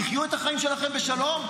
תחיו את החיים שלכם בשלום,